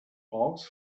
hawks